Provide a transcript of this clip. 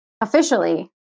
officially